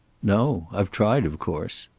no. i've tried, of course.